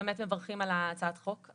מברכים על הצעת החוק.